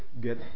get